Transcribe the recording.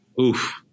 Oof